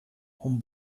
hon